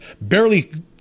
barely